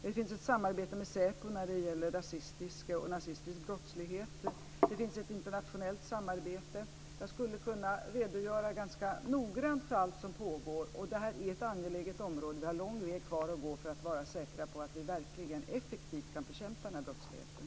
Det finns ett samarbete med SÄPO när det gäller rasistisk och nazistisk brottslighet. Det finns ett internationellt samarbete. Jag skulle kunna redogöra ganska noggrant för allt som pågår. Det är ett angeläget område. Vi har lång väg kvar att gå för att vara säkra på att vi verkligen effektivt kan bekämpa den här brottsligheten.